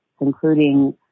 including